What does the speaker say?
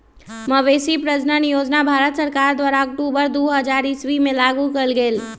मवेशी प्रजजन योजना भारत सरकार द्वारा अक्टूबर दू हज़ार ईश्वी में लागू कएल गेल